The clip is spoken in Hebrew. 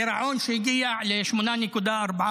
גירעון שהגיע ל-8.4%